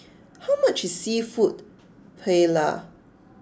how much is Seafood Paella